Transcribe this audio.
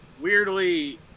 weirdly